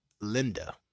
Linda